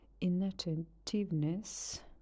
inattentiveness